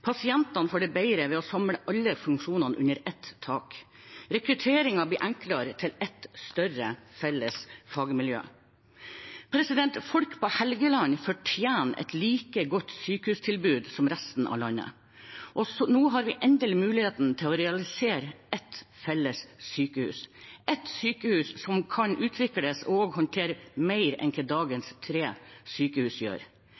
Pasientene får det bedre ved at man samler alle funksjoner under ett tak. Rekrutteringen blir enklere til ett større felles fagmiljø. Folk på Helgeland fortjener et like godt sykehustilbud som resten av landet. Nå har vi endelig muligheten til å realisere ett felles sykehus, ett sykehus som kan utvikles og håndtere mer enn hva dagens tre sykehus gjør.